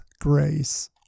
grace